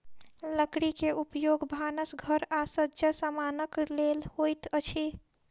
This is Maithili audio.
लकड़ी के उपयोग भानस घर आ सज्जा समानक लेल होइत अछि